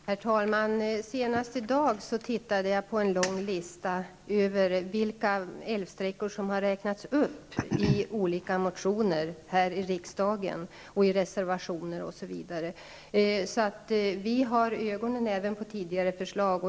Herr talman! Senast i dag tittade jag på en lång lista över vilka älvsträckor som har räknats upp i olika motioner till riksdagen och i reservationer. Vi har alltså ögonen även på tidigare förslag.